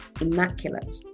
immaculate